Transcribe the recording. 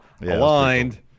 aligned